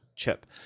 Chip